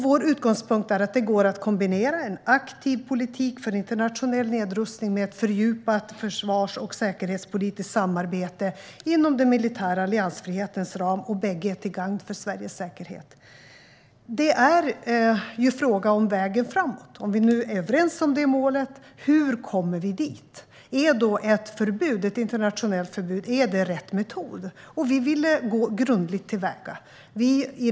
Vår utgångspunkt är att det går att kombinera en aktiv politik för internationell nedrustning med ett fördjupat försvars och säkerhetspolitiskt samarbete inom den militära alliansfrihetens ram. Bägge är till gagn för Sveriges säkerhet. Frågan handlar ju om vägen framåt. Om vi är överens om målet är frågan hur vi kommer dit. Är ett internationellt förbud rätt metod? Vi vill gå grundligt till väga.